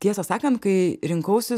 tiesą sakan kai rinkausi